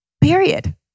period